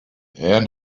and